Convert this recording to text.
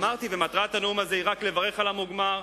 אמרתי שמטרת הדיון הזה היא רק לברך על המוגמר.